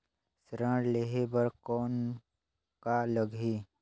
ऋण लेहे बर कौन का लगही?